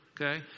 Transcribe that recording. okay